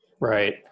Right